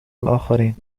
الآخرين